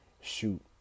shoot